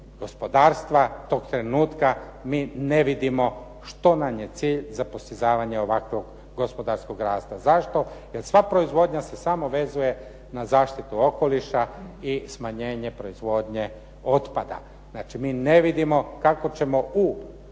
gospodarstva, tog trenutka mi ne vidimo što nam je cilj za postizavanje ovakvog gospodarskog rasta. Zašto? Jer sva proizvodnja se samo vezuje na zaštitu okoliša i smanjenje proizvodnje otpada. Znači mi ne vidimo kako ćemo u